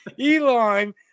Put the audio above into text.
Elon